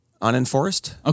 unenforced